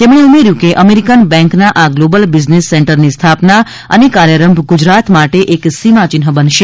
તેમણે ઉમેર્યું કે અમેરિકન બેન્કના આ ગ્લોબલ બિઝનેસ સેન્ટરની સ્થા ના અને કાર્યારંભ ગુજરાત માટે એક સિમાચિન્હ બનશે